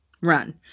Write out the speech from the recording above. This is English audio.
Run